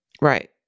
Right